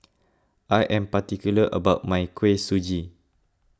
I am particular about my Kuih Suji